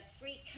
free